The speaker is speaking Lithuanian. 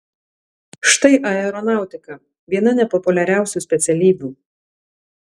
štai aeronautika viena nepopuliariausių specialybių